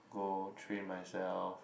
go train myself